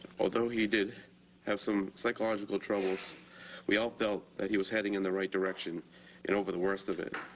although he did have some psychological troubles we all felt that he was heading in the right direction and over the worst of it.